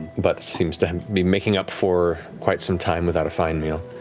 but seems to um be making up for quite some time without a fine meal.